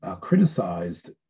criticized